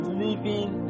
living